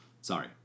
sorry